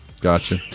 Gotcha